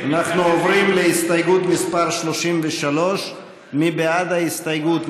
אנחנו עוברים להסתייגות מס' 33. מי בעד ההסתייגות?